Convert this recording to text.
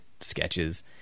sketches